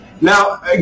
Now